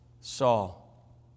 Saul